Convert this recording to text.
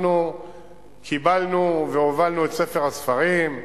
אנחנו קיבלנו והובלנו את ספר הספרים,